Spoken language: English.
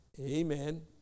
Amen